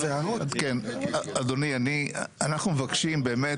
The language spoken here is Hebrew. אדוני, אנחנו מבקשים באמת,